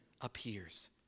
appears